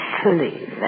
please